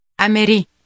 Ameri